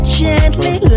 gently